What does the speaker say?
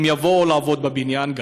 הם יבואו לעבוד גם בבניין,